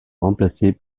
remplacées